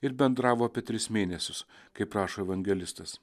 ir bendravo apie tris mėnesius kaip rašo evangelistas